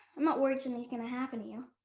i'm not worried something's gonna happen to you.